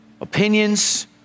opinions